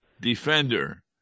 defender